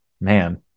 man